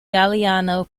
galliano